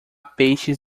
peixes